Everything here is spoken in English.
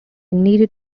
needed